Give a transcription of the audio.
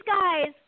guys